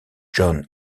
john